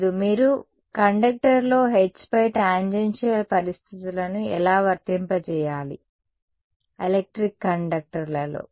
లేదు మీరు కండక్టర్లో H పై టాంజెన్షియల్ పరిస్థితులను ఎలా వర్తింపజేయాలి ఎలక్ట్రిక్ కండక్టర్లో